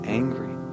angry